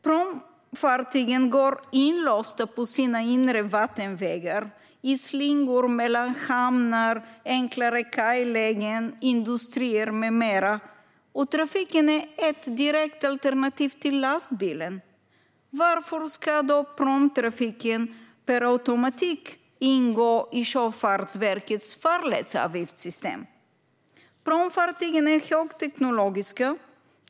Pråmfartygen går inlåsta på sina inre vattenvägar, i slingor mellan hamnar, enklare kajlägen, industrier med mera. Trafiken är ett direkt alternativ till lastbilen. Varför ska då pråmtrafiken per automatik ingå i Sjöfartsverkets farledsavgiftssystem? Pråmfartygen är högteknologiska.